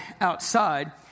outside